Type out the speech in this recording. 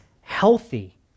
healthy